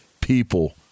people